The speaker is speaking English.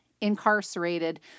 incarcerated